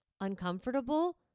uncomfortable